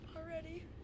already